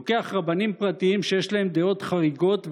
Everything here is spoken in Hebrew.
לוקח רבנים פרטיים שיש להם דעות חריגות,